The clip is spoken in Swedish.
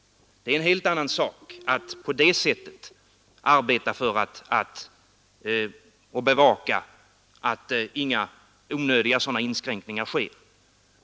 Det är en helt annan sak att på det sättet arbeta för att — och bevaka att — inga onödiga sådana inskränkningar sker.